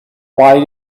why